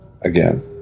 again